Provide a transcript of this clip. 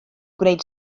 gwneud